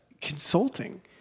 consulting